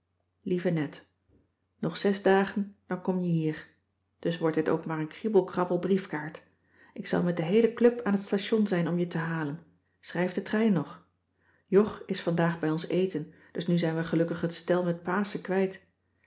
lieve net nog zes dagen dan kom je hier dus wordt dit ook maar een kriebel krabbel briefkaart ik zal met de heele club aan het station zijn om je te halen schrijf den trein nog jog is vandaag bij ons eten dus nu zijn we gelukkig het stel met paschen kwijt